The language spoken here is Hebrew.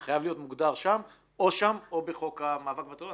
זה חייב להיות מוגדר או שם או בחוק המאבק בטרור.